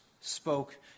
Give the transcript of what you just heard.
spoke